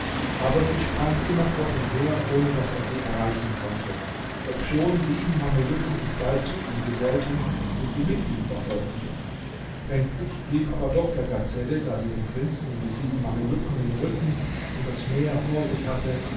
aber sie sprang immer vor ihm her ohne daß er sie erreichen konnte obschon sieben mamelucken sich bald zu ihm gesellten und sie mit ihm verfolgten endlich blieb aber doch der gazelle da sie den prinzen und die sieben mamelucken im rücken und das meer vor sich hatte